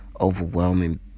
overwhelming